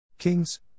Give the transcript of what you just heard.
Kings